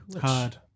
Hard